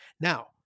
Now